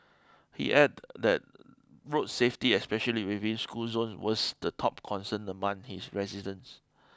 he add that road safety especially within school zones was the top concern among his residents